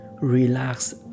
Relax